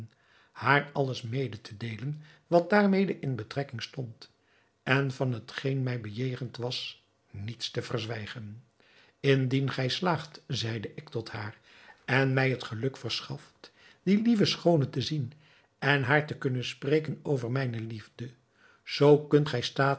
haar alles mede te deelen wat daarmede in betrekking stond en van hetgeen mij bejegend was niets te verzwijgen indien gij slaagt zeide ik tot haar en mij het geluk verschaft die lieve schoone te zien en haar te kunnen spreken over mijne liefde zoo kunt gij staat